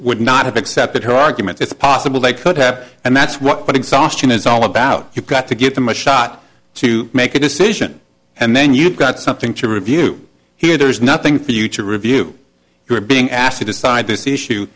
would not have accepted her argument it's possible they could have and that's what exhaustion is all about you've got to give them a shot to make a decision and then you've got something to review here there's nothing for you to review you're being asked to decide this issue